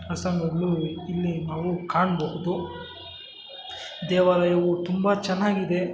ಇಲ್ಲಿ ನಾವು ಕಾಣಬಹುದು ದೇವಾಲಯವು ತುಂಬ ಚೆನ್ನಾಗಿದೆ